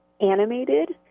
animated